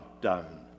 down